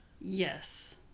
Yes